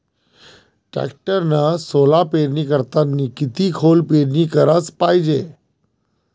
टॅक्टरनं सोला पेरनी करतांनी किती खोल पेरनी कराच पायजे?